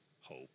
hope